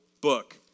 book